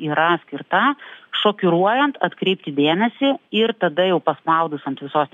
yra skirta šokiruojant atkreipti dėmesį ir tada jau paspaudus ant visos